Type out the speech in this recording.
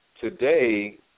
Today